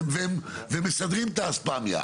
והם מסדרים את באספמיה.